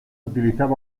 utilizaba